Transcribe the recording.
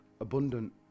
abundant